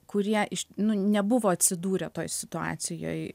kurie nu nebuvo atsidūrę toj situacijoj